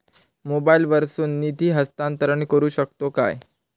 मोबाईला वर्सून निधी हस्तांतरण करू शकतो काय?